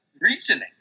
reasoning